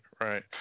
right